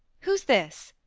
who's this?